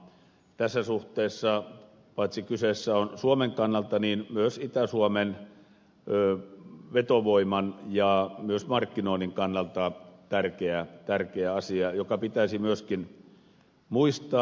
tässä suhteessa kyseessä on paitsi suomen kannalta myös itä suomen vetovoiman ja myös markkinoinnin kannalta tärkeä asia joka pitäisi myöskin muistaa